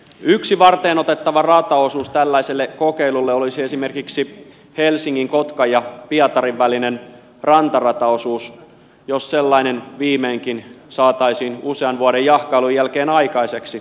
yksi varteenotettava rataosuus tällaiselle kokeilulle olisi esimerkiksi helsingin kotkan ja pietarin välinen rantarataosuus jos sellainen viimeinkin saataisiin usean vuoden jahkailun jälkeen aikaiseksi